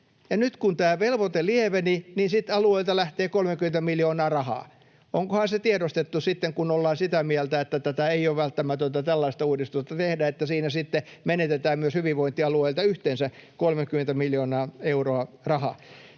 nyt kun tämä velvoite lieveni, niin sitten alueilta lähtee 30 miljoonaa rahaa. Onkohan se tiedostettu, kun ollaan sitä mieltä, että tätä tällaista uudistusta ei ole välttämätöntä tehdä, että siinä sitten menetetään myös hyvinvointialueilta yhteensä 30 miljoonaa euroa rahaa?